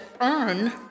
earn